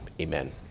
Amen